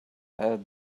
had